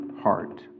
heart